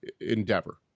endeavor